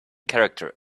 character